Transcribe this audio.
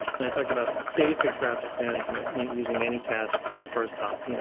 and i talked about basic traffic management using any cast sort of first top, you know